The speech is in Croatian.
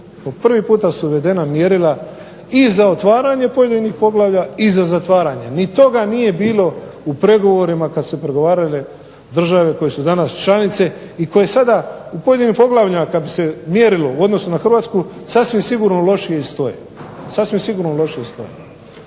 prvi puta su uvedena mjerila i za otvaranje pojedinih poglavlja i za zatvaranje. Ni toga nije bilo u pregovorima kada su pregovarale države koje su danas članice i koje sada u pojedinim poglavljima kada bi se mjerilo u odnosu na HRvatsku sasvim sigurno lošije i stoje.